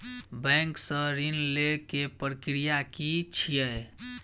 Bank सऽ ऋण लेय केँ प्रक्रिया की छीयै?